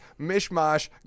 mishmash